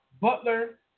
Butler